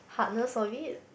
hardness of it